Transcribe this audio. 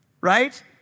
Right